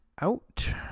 out